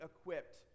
equipped